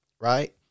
right